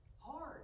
hard